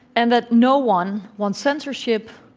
and that no one wants censorship,